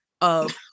of-